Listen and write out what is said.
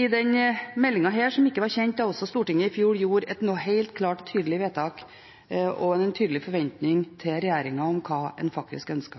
i denne meldingen som ikke var kjent da Stortinget i fjor fattet et helt klart og tydelig vedtak og hadde en tydelig forventing til regjeringen om hva en faktisk